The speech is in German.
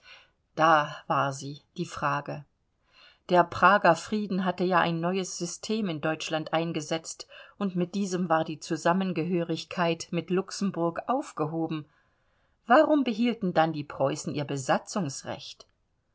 da war sie die frage der prager frieden hatte ja ein neues system in deutschland eingesetzt und mit diesem war die zusammengehörigkeit mit luxemburg aufgehoben warum behielten dann die preußen ihr besatzungsrecht